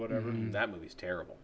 whatever that movie is terrible